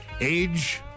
Age